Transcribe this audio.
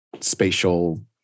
spatial